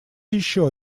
еще